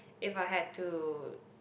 if I had to